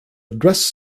address